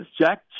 Jack